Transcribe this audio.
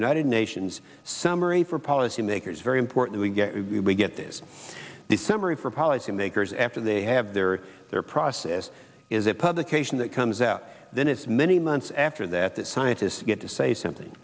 united nations summary for policymakers very important we get we get this the summary for policymakers after they have their their process is a publication that comes out then it's many months after that that scientists get to say something